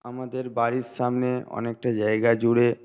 আমাদের বাড়ির সামনে অনেকটা জায়গা জুড়ে